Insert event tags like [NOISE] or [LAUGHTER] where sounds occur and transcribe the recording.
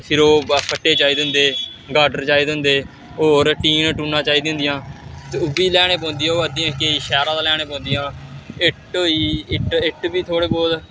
फिर ओह् फट्टे चाहिदे होंदे गाडर चाहिदे होंदे होर टीन टूनां चाहिदियां होंदियां ते ओह् बी लेआनै पौंदियां [UNINTELLIGIBLE] केईं शैह्रा दा लेआना पौंदियां इट्ट होई गेई इट्ट इट्ट बी थोह्ड़ा बौह्त